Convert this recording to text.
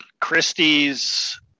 Christie's